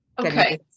Okay